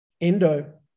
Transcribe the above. endo